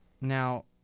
Now